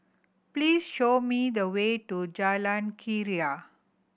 please show me the way to Jalan Keria